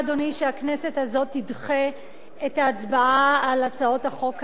שהכנסת הזאת תדחה את ההצבעה על הצעות החוק האלה.